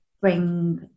bring